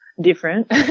different